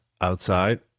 outside